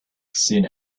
soon